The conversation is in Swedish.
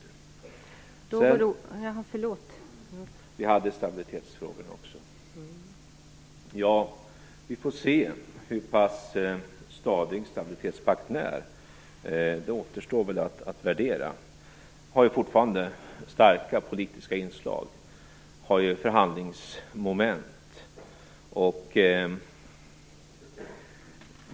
Jag skall också säga något om stabilitetsfrågan. Vi får se hur pass stadig stabilitetspakten är. Det återstår att värdera. Det finns fortfarande starka politiska inslag, och det finns ytterligare förhandlingsmoment.